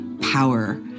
power